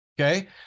okay